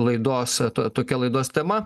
laidos tokia laidos tema